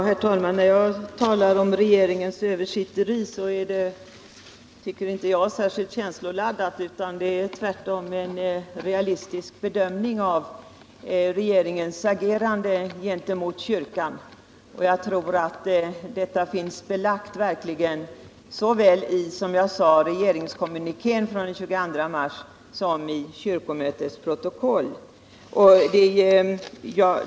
Herr talman! Mina ord när jag talade om regeringens översitteri var enligt min mening inte särskilt känsloladdade, tvärtom gjorde jag en realistisk bedömning av regeringens agerande gentemot kyrkan. Jag tror att detta, som jag sade tidigare, finns belagt i såväl regeringens kommuniké från den 22 mars som i kyrkomötets protokoll.